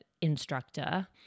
instructor